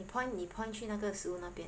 point 你 point 去哪个食物那边